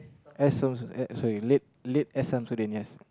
S-Sam~ sorry late late S Shamsuddin yes